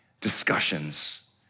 discussions